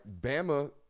Bama